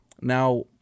now